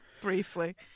briefly